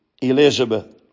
Elizabeth